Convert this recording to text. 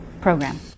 program